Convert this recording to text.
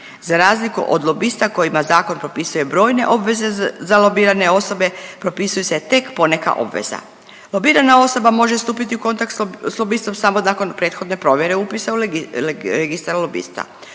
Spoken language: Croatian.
Za razliku od lobista kojima zakon propisuje brojne obveze, za lobirane osobe propisuje se tek poneka obveza. Lobirana osoba može stupiti u kontakt s lobistom samo nakon prethodne provjere upisa u Registar lobista.